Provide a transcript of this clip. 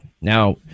now